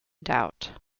doubt